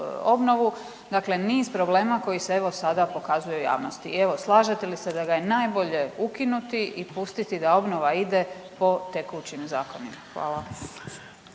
dakle niz problema koji se evo sada pokazuju u javnosti. I evo, slažete li se da ga je najbolje ukinuti i pustiti da obnova ide po tekućim zakonima? Hvala.